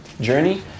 journey